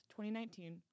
2019